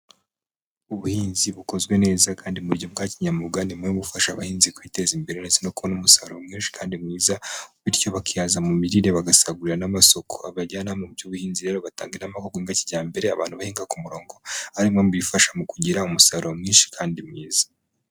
Ubuhinzi bukozwe neza kandi mu buryo bwa kinyamwuga, ni bumwe mu bufasha abahinzi kwiteza imbere, ndetse no kubona umusaruro mwinshi kandi mwiza. Bityo bakihaza mu mirire bagasagurira n'amasoko. Abajyanama mu by'ubuhinzi rero, batanga inama ko guhinga kijyambere, abantu bahinga ku murongo ari bimwe mu bifasha mu kugira umusaruro mwinshi kandi mwiza.